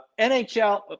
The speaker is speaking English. NHL